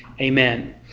Amen